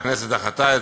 והכנסת דחתה אותה,